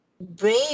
brave